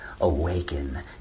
awaken